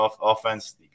offense